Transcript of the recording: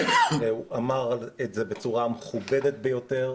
והוא אמר את זה בצורה מכובדת ביותר,